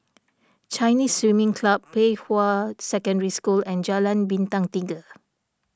Chinese Swimming Club Pei Hwa Secondary School and Jalan Bintang Tiga